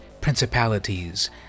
Principalities